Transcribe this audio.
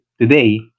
today